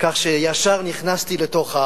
כך שישר נכנסתי לתוך,